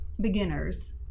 beginners